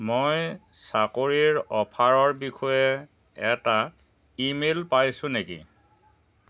মই চাকৰিৰ অ'ফাৰৰ বিষয়ে এটা ই মেইল পাইছোঁ নেকি